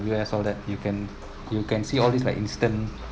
all that you can you can see all these like instant